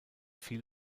viel